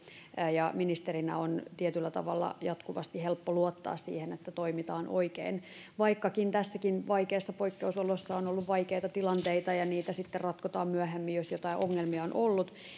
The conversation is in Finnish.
ja ministerinä on tietyllä tavalla jatkuvasti helppo luottaa siihen että toimitaan oikein vaikkakin tässäkin vaikeissa poikkeusoloissa on ollut vaikeita tilanteita ja niitä sitten ratkotaan myöhemmin jos jotain ongelmia on ollut